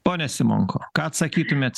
pone simonko ką atsakytumėt